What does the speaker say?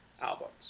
albums